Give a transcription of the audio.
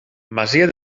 masia